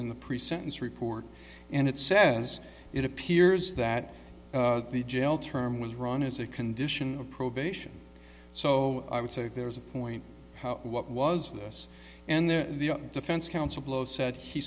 in the pre sentence report and it says it appears that the jail term was run as a condition of probation so i would say there was a point how what was the us and the defense counsel below said he